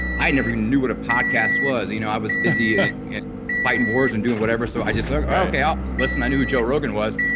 i never knew what a podcast was. you know i was busy fighting wars and doing whatever. so i just said, okay, i'll listen. i knew who joe rogan was.